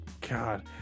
God